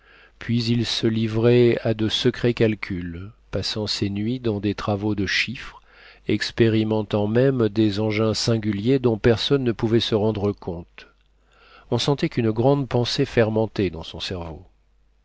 puis il se livrait à de secrets calculs passant ses nuits dans des travaux de chiffres expérimentant même des engins singuliers dont personne ne pouvait se rendre compte on sentait qu'une grande pensée fermentait dans son cerveau